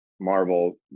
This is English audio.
marvel